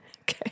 Okay